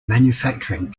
manufacturing